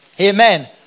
Amen